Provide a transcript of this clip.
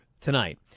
tonight